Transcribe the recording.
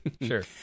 sure